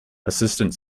assistant